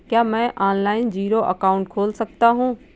क्या मैं online zero account खोल सकता हूँ?